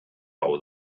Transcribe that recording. hau